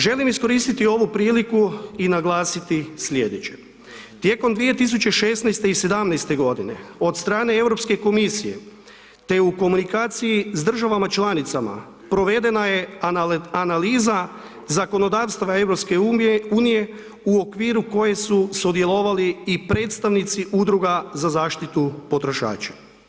Želim iskoristiti ovu priliku i naglasiti slijedeće, tijekom 2016. i '17. godine od strane Europske komisije te u komunikaciji s državama članicama provedena je analiza zakonodavstva EU u okviru koje su sudjelovali i predstavnici udruga za zaštitu potrošača.